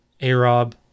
A-Rob